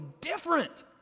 different